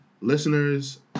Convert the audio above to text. listeners